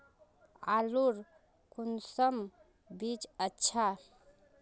आलूर कुंसम बीज अच्छा?